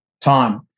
time